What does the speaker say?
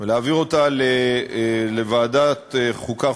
ולהעביר אותה לוועדת החוקה,